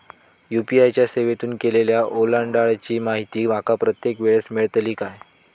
UPI च्या सेवेतून केलेल्या ओलांडाळीची माहिती माका प्रत्येक वेळेस मेलतळी काय?